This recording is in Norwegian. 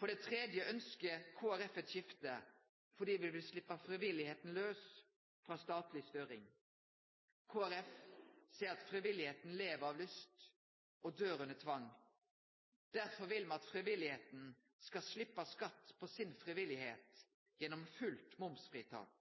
For det tredje ønskjer me eit skifte fordi me vil sleppe frivilligheita laus frå statleg styring. Kristeleg Folkeparti seier at frivilligheita lever av lyst og døyr under tvang. Derfor vil me at frivilligheita skal sleppe skatt på si frivilligheit gjennom fullt momsfritak.